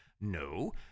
No